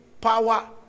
power